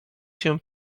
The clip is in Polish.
się